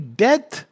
death